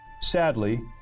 Sadly